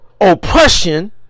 oppression